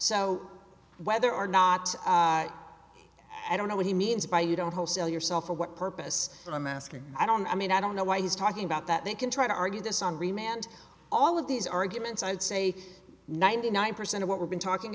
so whether or not i don't know what he means by you don't wholesale yourself for what purpose i'm asking i don't i mean i don't know why he's talking about that they can try to argue this on remand all of these arguments i'd say ninety nine percent of what we've been talking